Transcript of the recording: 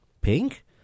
pink